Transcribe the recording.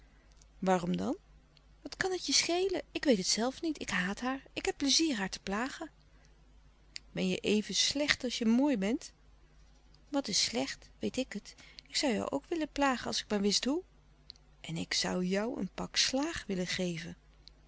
waarom dan wat kan het je schelen ik weet het zelf niet ik haat haar ik heb pleizier haar te plagen ben je even slecht als je mooi bent wat is slecht weet ik het ik zoû jou ook willen plagen als ik maar wist hoe en ik zoû jou een pak slaag willen geven